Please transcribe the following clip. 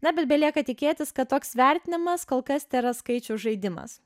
na bet belieka tikėtis kad toks vertinimas kol kas tėra skaičių žaidimas